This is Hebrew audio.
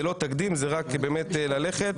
זה לא תקדים, זה באמת רק ללכת לקראתכם.